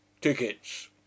Tickets